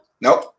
Nope